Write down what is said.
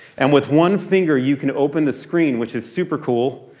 and with one finger you can open the screen, which is super cool,